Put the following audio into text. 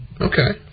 Okay